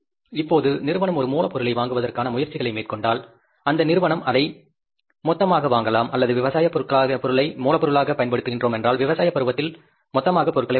இப்போது நிறுவனம் ஒரு மூலப்பொருளை வாங்குவதற்கான முயற்சிகளை மேற்கொண்டால் அந்த நிறுவனம் அதை மொத்தமாக வாங்கலாம் அல்லது விவசாயப் பொருளை மூலப்பொருளாகப் பயன்படுத்துகிறோம் என்றால் விவசாய பருவத்தில் மொத்தமாக பொருட்களை வாங்கலாம்